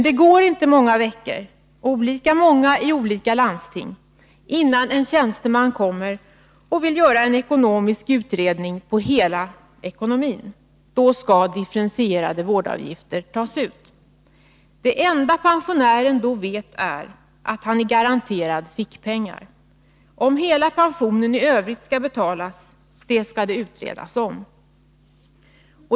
Det går inte många veckor — olika många i olika landsting — innan en tjänsteman kommer och vill göra en utredning om pensionärens hela ekonomi. Då skall differentierade vårdavgifter tas ut. Det enda pensionären då vet är att han är garanterad fickpengar. Om hela pensionen i övrigt skall betalas skall det utredas om.